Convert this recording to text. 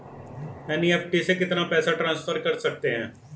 NEFT से कितना पैसा ट्रांसफर कर सकते हैं?